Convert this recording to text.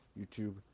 YouTube